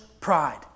pride